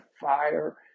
fire